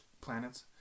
planets